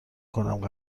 کنم